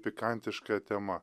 pikantiška tema